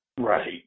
Right